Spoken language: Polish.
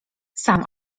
sam